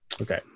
Okay